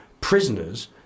prisoners